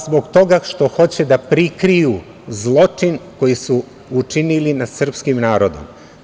Zbog toga što hoće da prikriju zločin koji su učinili nad srpskim narodom.